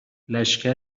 لشکر